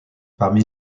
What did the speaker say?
parmi